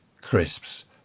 crisps